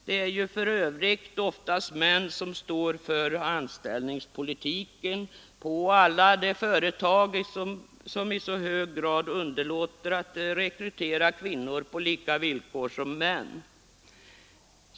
Det är ju för övrigt oftast män som står för anställningspolitiken på de företag som i så hög grad underlåter att rekrytera kvinnor på samma villkor som män.